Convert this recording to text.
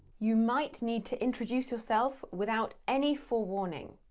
you might need to introduce yourself without any forewarning,